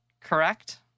correct